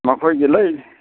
ꯃꯈꯣꯏꯒꯤ ꯂꯣꯏ